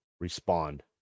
respond